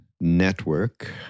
network